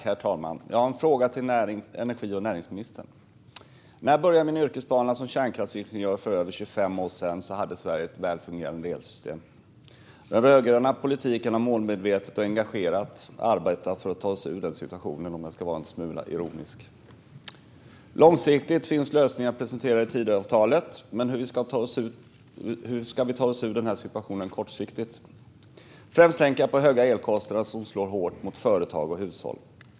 Herr talman! Jag har en fråga till energi och näringsministern. När jag började min yrkesbana som kärnkraftsingenjör för över 25 år sedan hade Sverige ett välfungerande elsystem. Den rödgröna politiken har målmedvetet och engagerat arbetat för att ta oss ur den situationen, om jag ska vara en smula ironisk. Långsiktiga lösningar finns presenterade i Tidöavtalet, men hur ska vi ta oss ur denna situation kortsiktigt? Främst tänker jag på höga elkostnader som slår hårt mot företag och hushåll.